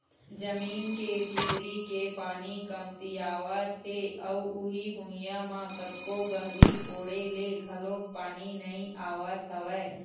जमीन के भीतरी के पानी कमतियावत हे अउ उही भुइयां म कतको गहरी कोड़े ले घलोक पानी नइ आवत हवय